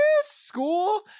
school